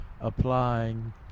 applying